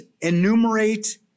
enumerate